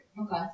Okay